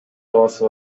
баласы